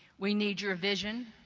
we need your vision,